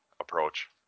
approach